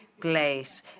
Place